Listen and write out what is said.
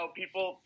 people